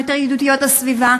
שהן יותר ידידותיות לסביבה,